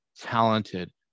talented